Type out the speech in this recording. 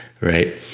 right